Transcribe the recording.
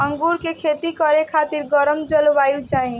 अंगूर के खेती करे खातिर गरम जलवायु चाही